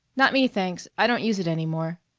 not me, thanks. i don't use it anymore.